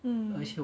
mm